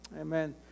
Amen